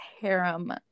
harem